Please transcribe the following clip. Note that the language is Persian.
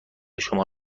شما